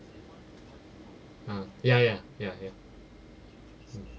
ah ya ya ya ya ah